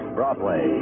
Broadway